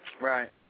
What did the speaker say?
Right